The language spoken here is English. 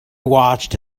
watched